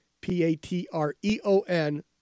P-A-T-R-E-O-N